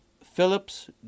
Phillips